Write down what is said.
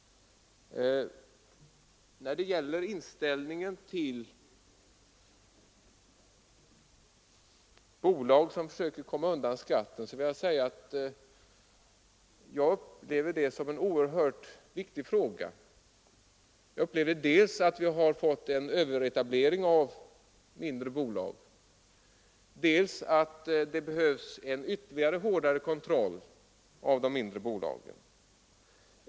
När det gäller inställningen till bolag som försöker komma undan skatten så vill jag säga att jag upplever det som en oerhört viktig fråga. Jag anser dels att det har skett en överetablering av mindre bolag, dels att det behövs en ännu hårdare kontroll av de mindre bolagen.